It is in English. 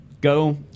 Go